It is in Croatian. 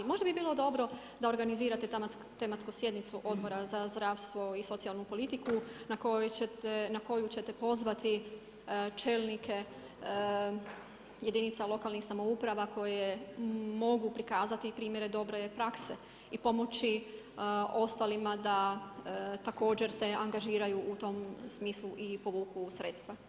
Možda bi bilo dobro da organizirate tematsku sjednicu Odbora za zdravstvo i socijalnu politiku, na koju ćete pozvati čelnike jedinica lokalne samouprave koje mogu pokazati primjere dobre prakse i pomoći ostalima da također se angažiraju u tom smislu i povuku sredstva.